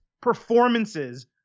performances